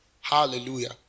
Hallelujah